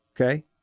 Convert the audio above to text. okay